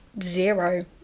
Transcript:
zero